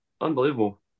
Unbelievable